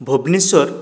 Bhubaneswar